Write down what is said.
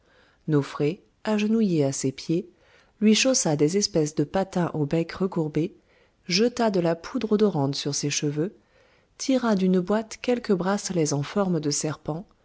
nofré agenouillée à ses pieds lui chaussa des espèces de patins au bec recourbé jeta de la poudre odorante sur ses cheveux tira d'une boîte quelques bracelets en forme de serpent